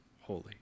holy